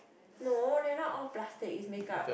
no they are not all plastic it's makeup